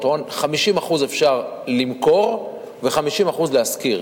הון: 50% אפשר למכור ו-50% להשכיר,